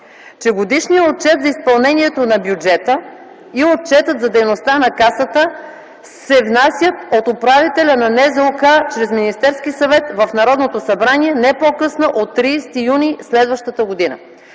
че „Годишният отчет за изпълнението на бюджета и Отчетът за дейността на Касата се внасят от управителя на НЗОК чрез Министерския съвет в Народното събрание не по-късно от 30 юни следващата година”.